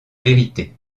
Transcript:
vérité